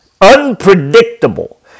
unpredictable